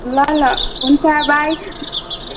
ल ल हुन्छ बाई